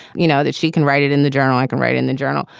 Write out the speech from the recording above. you know that she can write it in the journal? i can write in the journal,